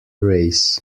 race